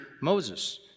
Moses